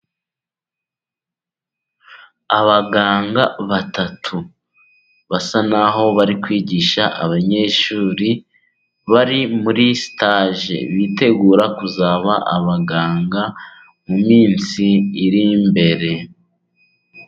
Abaganga batatu, basa n'aho bari kwigisha abanyeshuri bari muri sitage, bitegura kuzaba abaganga, mu minsi iri imbere.